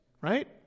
right